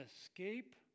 escape